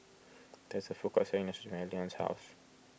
there is a food court selling Nachos behind Leonce's house